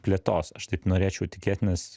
plėtos aš taip norėčiau tikėt nes